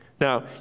Now